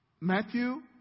Matthew